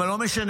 אבל לא משנה.